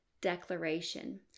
declaration